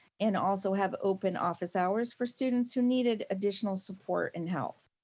and also have open office hours for students who needed additional support in health.